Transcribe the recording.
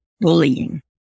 bullying